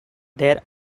there